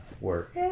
work